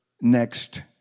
next